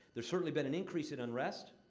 there's certainly been an increase in unrest,